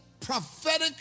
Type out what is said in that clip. prophetic